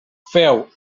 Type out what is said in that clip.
feu